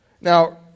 Now